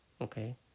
Okay